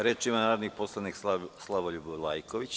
Reč ima narodni poslanik Slavoljub Vlajković.